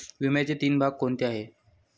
विम्याचे तीन भाग कोणते आहेत?